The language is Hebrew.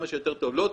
לא תרופות,